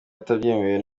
atabyemerewe